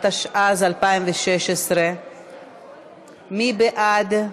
התשע"ז 2016. מי בעד?